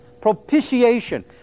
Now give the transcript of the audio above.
Propitiation